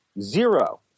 zero